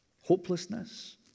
hopelessness